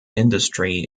industry